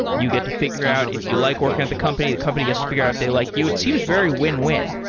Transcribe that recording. you get to figure out if you like working on the company. the company gets to figure out if they like you. it seems very win-win.